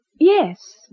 Yes